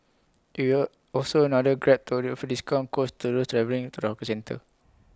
IT will also another grab to offer discount codes to those travelling to the hawker centre